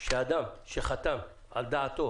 שאדם שחתם על דעתו